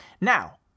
Now